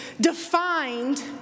defined